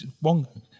one